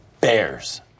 Bears